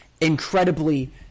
incredibly